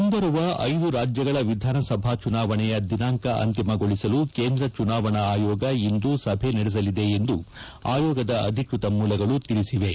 ಮುಂಬರುವ ಐದು ರಾಜ್ಲಗಳ ವಿಧಾನಸಭೆ ಚುನಾವಣೆಯ ದಿನಾಂಕ ಅಂತಿಮಗೊಳಿಸಲು ಕೇಂದ್ರ ಚುನಾವಣಾ ಆಯೋಗ ಇಂದು ಸಭೆ ನಡೆಸಲಿದೆ ಎಂದು ಆಯೋಗದ ಅಧಿಕೃತ ಮೂಲಗಳು ತಿಳಿಸಿವೆ